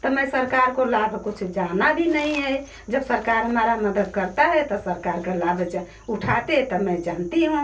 तो मैं सरकार को लाभ कुछ जाना भी नहीं है जब सरकार हमारा मदद करता है तो सरकार का लाभ उठाते तो मैं जानती हूँ